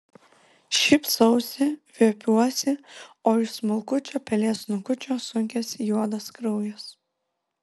šypsausi viepiuosi o iš smulkučio pelės snukučio sunkiasi juodas kraujas